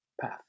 path